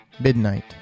Midnight